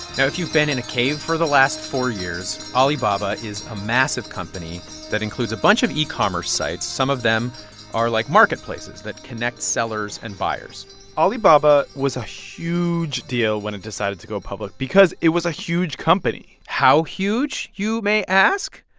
now, if you've been in a cave for the last four years, alibaba is a massive company that includes a bunch of e-commerce sites. some of them are like marketplaces that connect sellers and buyers alibaba was a huge deal when it decided to go public because it was a huge company how huge, you may ask?